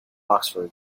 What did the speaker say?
oxford